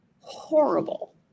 horrible